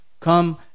come